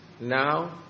now